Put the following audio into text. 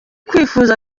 kwifuza